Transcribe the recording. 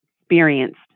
experienced